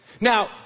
Now